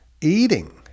eating